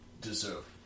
deserve